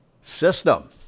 system